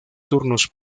turnos